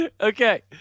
Okay